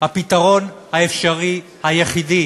הפתרון האפשרי היחידי